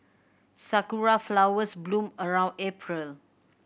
sakura flowers bloom around April